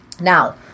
now